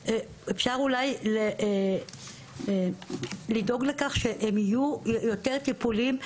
אפשר אולי לדאוג שהטיפולים הרגשיים דרך הקופות יהיו יותר זמינים,